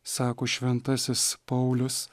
sako šventasis paulius